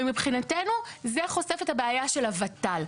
ומבחינתנו, זה חושף את הבעיה של הות"ל.